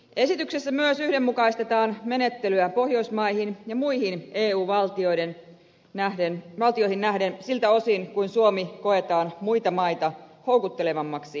esityksessä myös yhdenmukaistetaan menettelyä pohjoismaihin ja muihin eu valtioihin nähden siltä osin kuin suomi koetaan muita maita houkuttelevammaksi kohdemaaksi